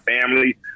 family